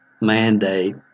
mandate